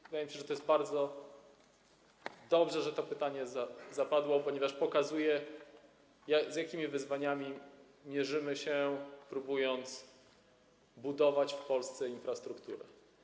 Wydaje mi się, że to bardzo dobrze, że to pytanie padło, ponieważ pokazuje, z jakimi wyzwaniami mierzymy się, próbując budować w Polsce infrastrukturę.